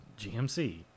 GMC